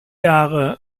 jahre